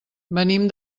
venim